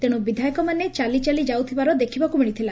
ତେଶୁ ବିଧାୟକମାନେ ଚାଲିଚାଲି ଯାଉଥିବାର ଦେଖିବାକୁ ମିଳିଥିଲା